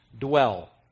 dwell